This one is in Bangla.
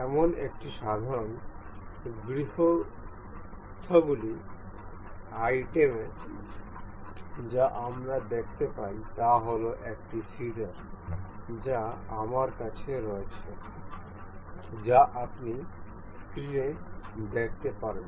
এমন একটি সাধারণ গৃহস্থালী আইটেম যা আমরা দেখতে পাই তা হল একটি কাঁচি যা আমার কাছে রয়েছে যা আপনি স্ক্রিনে দেখতে পারেন